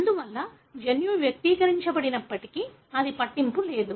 అందువల్ల జన్యువు వ్యక్తీకరించబడనప్పటికీ అది పట్టింపు లేదు